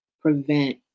prevent